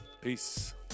Peace